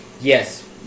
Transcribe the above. Yes